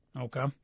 Okay